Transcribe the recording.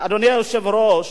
אדוני היושב-ראש,